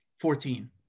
Fourteen